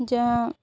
ᱡᱚᱜ